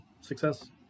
success